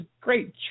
great